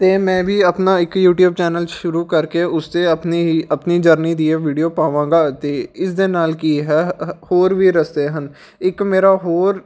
ਅਤੇ ਮੈਂ ਵੀ ਆਪਣਾ ਇੱਕ ਯੂਟੀਊਬ ਚੈਨਲ ਸ਼ੁਰੂ ਕਰ ਕੇ ਉਸ 'ਤੇ ਆਪਣੀ ਹੀ ਆਪਣੀ ਜਰਨੀ ਦੀ ਇਹ ਵੀਡੀਓ ਪਾਵਾਂਗਾ ਅਤੇ ਇਸ ਦੇ ਨਾਲ ਕੀ ਹੈ ਹੋਰ ਵੀ ਰਸਤੇ ਹਨ ਇੱਕ ਮੇਰਾ ਹੋਰ